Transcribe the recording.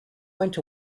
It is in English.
went